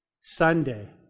Sunday